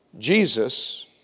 Jesus